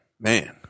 Man